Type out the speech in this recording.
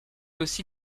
aussi